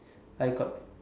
I got